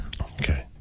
Okay